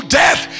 death